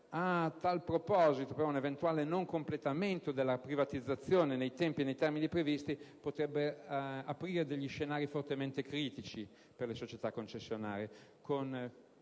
A tale proposito, un eventuale non completamento della privatizzazione nei tempi e nei termini previsti potrebbe aprire scenari fortemente critici per le società concessionarie,